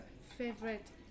favorite